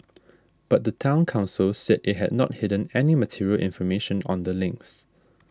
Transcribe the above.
but the Town Council said it had not hidden any material information on the links